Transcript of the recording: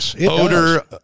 odor